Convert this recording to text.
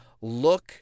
look